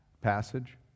passage